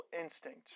instinct